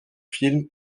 films